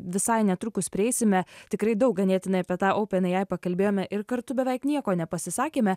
visai netrukus prieisime tikrai daug ganėtinai apie tą openai pakalbėjome ir kartu beveik nieko nepasisakėme